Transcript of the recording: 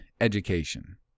education